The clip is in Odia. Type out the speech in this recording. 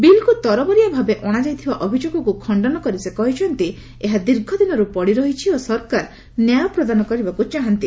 ବିଲ୍କୁ ତରବରିଆ ଭାବେ ଅଣାଯାଇଥିବା ଅଭିଯୋଗକୁ ଖଣ୍ଡନ କରି ସେ କହିଛନ୍ତି ଏହା ଦୀର୍ଘଦିନରୁ ପଡିରହିଛି ଓ ସରକାର ନ୍ୟାୟ ପ୍ରଦାନ କରିବାକୁ ଚାହାଁନ୍ତି